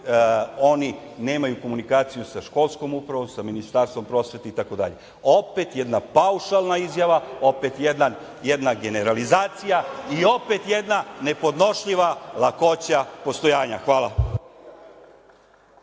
oni nemaju komunikaciju sa ŠU, Ministarstvom prosvete, itd. Opet jedna paušalna izjava, opet jedan generalizacija i opet jedna nepodnošljiva lakoća postojanja. Hvala.